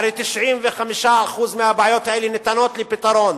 הרי 95% מהבעיות האלה ניתנות לפתרון.